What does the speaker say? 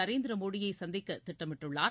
நரேந்திர மோடியை சந்திக்க திட்டமிட்டுள்ளார்